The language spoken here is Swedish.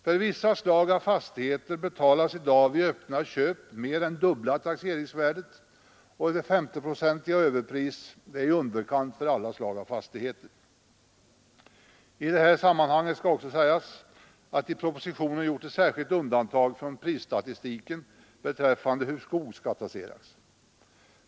För vissa slag av fastigheter betalas i dag vid öppna köp mer än dubbla taxeringsvärdet, och SO-procentiga överpris är i underkant för alla slag av fastigheter. I detta sammanhang bör också sägas att i propositionen gjorts ett särskilt undantag från prisstatistiken beträffande hur skog skall taxeras.